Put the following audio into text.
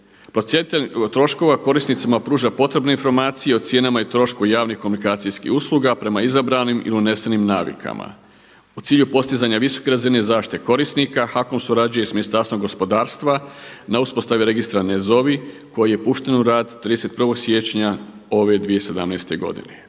Procjenitelj troškova korisnicima pruža potrebne informacije o cijenama i trošku javnih komunikacijskih usluga prema izabranim i unesenim navikama. U cilju postizanja visoke razine zaštite korisnika HAKOM surađuje sa Ministarstvom gospodarstva na uspostavi Registra „NE ZOVI“ koji je pušten u rad 31. siječnja ove 2017. godine.